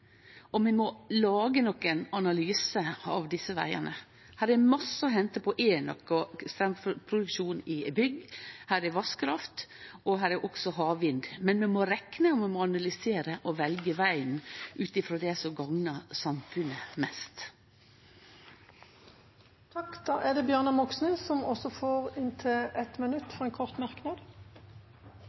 Vi må lage nokon analysar av desse vegane. Her er masse å hente på enøk og straumproduksjon i bygg, her er vasskraft, og her er også havvind, men vi må rekne, analysere og velje vegen ut frå det som gagnar samfunnet mest. Representanten Bjørnar Moxnes har også hatt ordet to ganger tidligere og får ordet til en kort merknad,